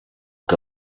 que